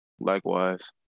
Likewise